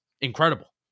incredible